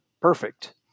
perfect